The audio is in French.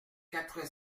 quatre